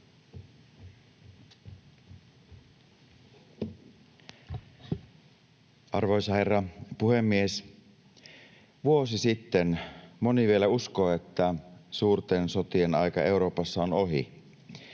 Arvoisa herra puhemies! Vuosi sitten moni vielä uskoi, että suurten sotien aika Euroopassa on ohi.